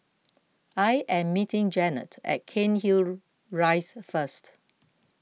I am meeting Janet at Cairnhill Rise first